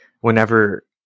whenever